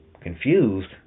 confused